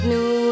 New